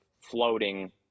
floating